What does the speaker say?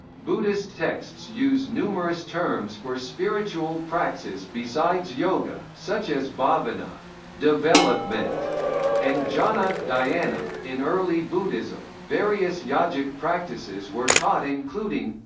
buddhist texts use numerous terms for spiritual praxis besides yoga, such as bhavana and jhana dhyana in early buddhism, various yogic practices were taught including